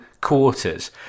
quarters